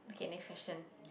okay next question